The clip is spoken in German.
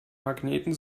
magneten